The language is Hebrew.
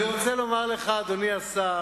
תן גם לחיות,